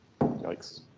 Yikes